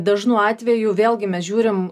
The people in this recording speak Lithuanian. dažnu atveju vėlgi mes žiūrim